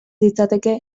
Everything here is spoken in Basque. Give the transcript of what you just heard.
litzateke